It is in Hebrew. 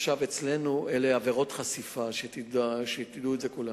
אצלנו אלה עבירות חשיפה, שתדעו את זה כולם.